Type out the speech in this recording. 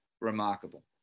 remarkable